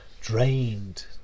drained